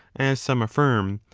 as some affirm,